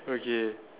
okay